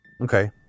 Okay